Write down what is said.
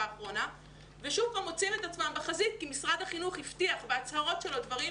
האחרונה ושוב מוצאים את עצמם בחזית כי משרד החינוך הבטיח בהצהרות שלו דברים